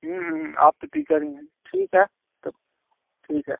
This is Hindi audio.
आप तो टीचर ही हैं ठीक है तब ठीक है